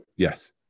Yes